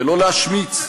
ולא להשמיץ,